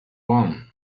one